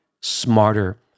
smarter